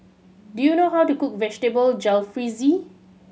do you know how to cook Vegetable Jalfrezi